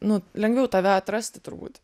nu lengviau tave atrasti turbūt